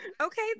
okay